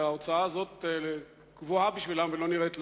וההוצאה הזאת גבוהה בשבילם ולא נראית להם.